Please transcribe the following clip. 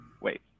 Wait